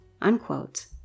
Unquote